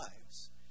lives